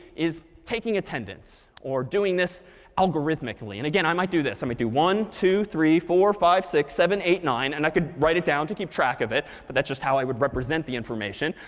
is taking attendance, or doing this algorithmically. and again, i might do this. i might do one, two, three, four five, six, seven, eight nine. and i could write it down to keep track of it. but that's just how i would represent the information.